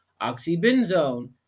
Oxybenzone